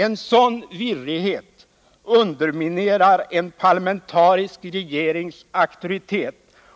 En sådan virrighet underminerar en parlamentarisk regerings auktoritet